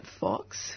Fox